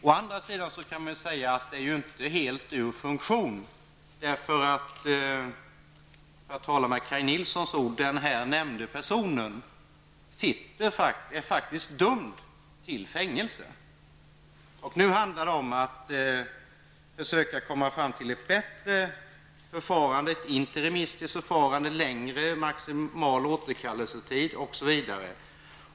Å andra sidan kan man säga att systemet inte helt är ur funktion, för den person som har nämnts är faktiskt dömd till fängelse. Nu handlar det om att försöka komma fram till ett bättre interimistiskt förfarande, längre maximal återkallelsetid osv.